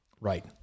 Right